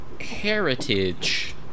heritage